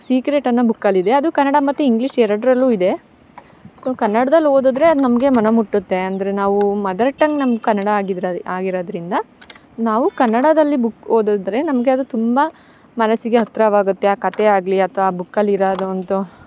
secret ಅನ್ನೊ ಬುಕ್ಕಲ್ಲಿದೆ ಅದು ಕನ್ನಡ ಮತ್ತು ಇಂಗ್ಲೀಷ್ ಎರಡರಲ್ಲು ಇದೆ ಸೊ ಕನ್ನಡದಲ್ ಓದಿದ್ರೆ ಅದು ನಮಗೆ ಮನ ಮುಟ್ಟುತ್ತೆ ಅಂದರೆ ನಾವು ಮದರ್ ಟಂಗ್ ನಮ್ಗೆ ಕನ್ನಡ ಆಗಿದ್ರೆ ಆಗಿರೋದ್ರಿಂದ ನಾವು ಕನ್ನಡದಲ್ಲಿ ಬುಕ್ ಓದಿದ್ರೆ ನಮಗೆ ಅದು ತುಂಬ ಮನಸ್ಸಿಗೆ ಹತ್ತಿರವಾಗತ್ತೆ ಆ ಕತೆಯಾಗಲಿ ಅಥ್ವ ಬುಕ್ಕಲ್ಲಿ ಇರೋದಂತು